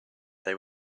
they